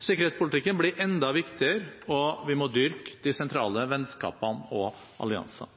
Sikkerhetspolitikken blir enda viktigere, og vi må dyrke de sentrale vennskapene og alliansene.